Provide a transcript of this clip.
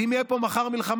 ואם תהיה פה מחר מלחמה,